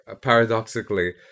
paradoxically